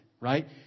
right